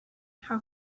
how